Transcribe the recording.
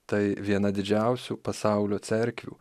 tai viena didžiausių pasaulio cerkvių